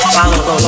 Follow